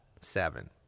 seven